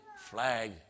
flag